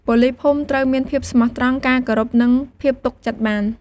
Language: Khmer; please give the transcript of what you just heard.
ប៉ូលីសភូមិត្រូវមាន ភាពស្មោះត្រង់ ការគោរព និងភាពទុកចិត្តបាន។